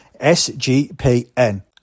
SGPN